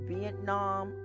Vietnam